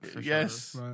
Yes